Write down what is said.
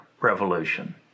revolution